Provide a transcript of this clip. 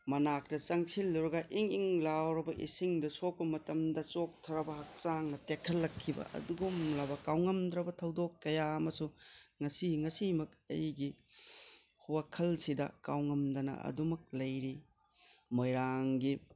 ꯃꯅꯥꯛꯇ ꯆꯪꯁꯤꯟꯂꯨꯔꯒ ꯏꯪ ꯏꯪ ꯂꯥꯎꯔꯕ ꯏꯁꯤꯡꯗꯣ ꯁꯣꯛꯄ ꯃꯇꯝꯗ ꯆꯣꯛꯊꯔꯕ ꯍꯛꯆꯥꯡꯅ ꯇꯦꯈꯠꯂꯛꯈꯤꯕ ꯑꯗꯨꯒꯨꯝꯂꯕ ꯀꯥꯎꯉꯝꯗ꯭ꯔꯕ ꯊꯧꯗꯣꯛ ꯀꯌꯥ ꯑꯃꯁꯨ ꯉꯁꯤ ꯉꯁꯤꯃꯛ ꯑꯩꯒꯤ ꯋꯥꯈꯜꯁꯤꯗ ꯀꯥꯎꯉꯝꯗꯅ ꯑꯗꯨꯃꯛ ꯂꯩꯔꯤ ꯃꯣꯏꯔꯥꯡꯒꯤ